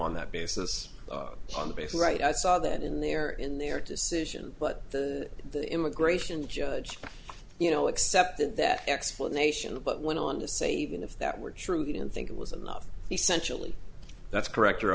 on that basis on the basis right i saw that in their in their decision but the immigration judge you know accepted that explanation but went on to say even if that were true didn't think it was enough essentially that's correct